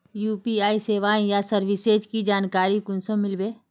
UPI सेवाएँ या services की जानकारी कुंसम मिलबे?